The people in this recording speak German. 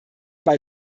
bei